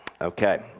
Okay